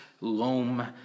loam